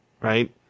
Right